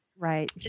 Right